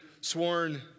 sworn